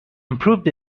improved